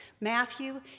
Matthew